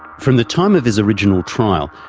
from the time of his original trial,